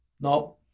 No